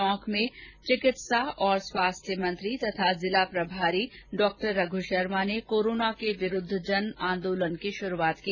टोंक में चिकित्सा और स्वास्थ्य मंत्री और जिला प्रभारी डॉक्टर रघु शर्मा ने कोरोना के विरुद्व जन आन्दोलन की शुरूआत की